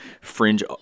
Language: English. fringe